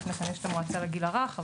לפני כן יש את המועצה לגיל הרך.